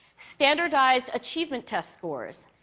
standardized achievement test scores,